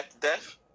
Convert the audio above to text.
death